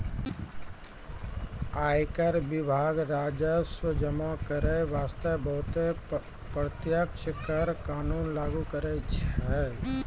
आयकर विभाग राजस्व जमा करै बासतें बहुते प्रत्यक्ष कर कानून लागु करै छै